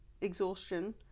exhaustion